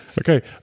Okay